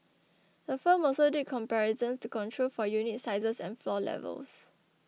the firm also did comparisons to control for unit sizes and floor levels